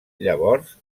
llavors